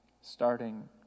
starting